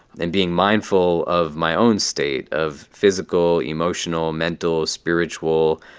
and being mindful of my own state of physical, emotional, mental, spiritual,